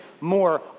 more